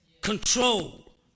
control